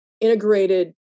integrated